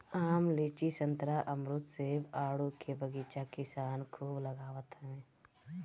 आम, लीची, संतरा, अमरुद, सेब, आडू के बगीचा किसान खूब लगावत हवे